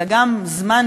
אלא גם זמן,